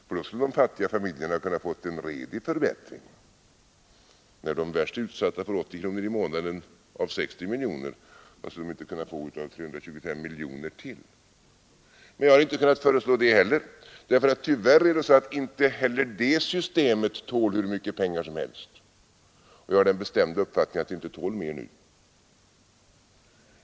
För då skulle de fattiga familjerna ha kunnat få en redig förbättring. När de värst utsatta får 80 kronor i månaden av 60 miljoner kronor, vad skulle de inte få av 325 miljoner kronor till! Men jag inte kunnat föreslå det, för tyvärr tål inte heller det systemet hur mycket pengar som helst, och jag har den bestämda uppfattningen att det inte tål mer nu.